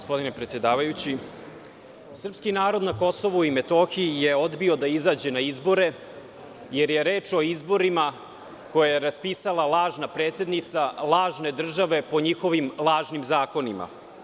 Srpski narod na Kosovu i Metohiji je odbio da izađe na izbore jer je reč o izborima koje je raspisala lažna predsednika lažne države, po njihovim lažnim zakonima.